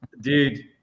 dude